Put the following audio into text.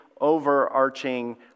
overarching